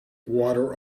water